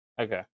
Okay